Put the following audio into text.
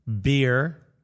beer